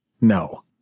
No